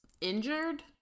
injured